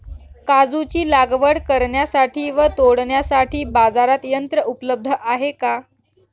काजूची लागवड करण्यासाठी व तोडण्यासाठी बाजारात यंत्र उपलब्ध आहे का?